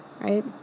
right